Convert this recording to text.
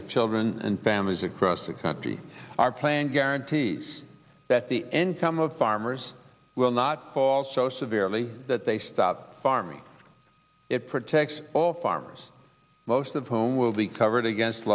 of children and families across the country are playing guarantees that the end come of farmers will not fall so severely that they stop farming it protects all farmers most of whom will be covered against